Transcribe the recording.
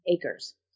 acres